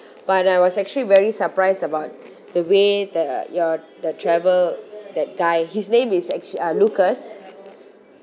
but I was actually very surprised about the way the your the travel that guy his name is actually uh lucas